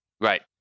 Right